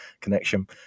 connection